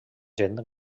gent